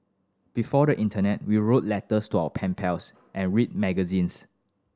before the internet we wrote letters to our pen pals and read magazines